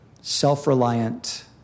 self-reliant